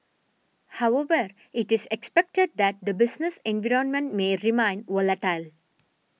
however it is expected that the business environment may remain volatile